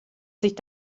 sich